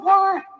one